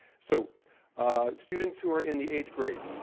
so students who are in the eighth grade,